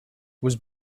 was